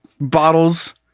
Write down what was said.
bottles